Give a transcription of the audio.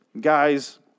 Guys